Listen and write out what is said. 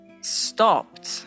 stopped